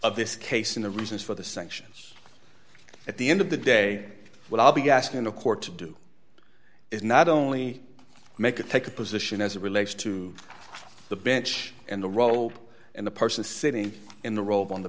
of this case in the reasons for the sanctions at the end of the day what i'll be asking the court to do is not only make it take a position as it relates to the bench and the role and the person sitting in the role on the